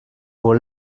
pour